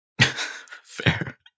Fair